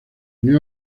unió